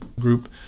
group